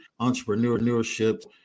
entrepreneurship